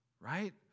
right